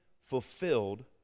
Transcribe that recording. fulfilled